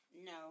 No